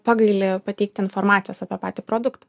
pagaili pateikti informacijos apie patį produktą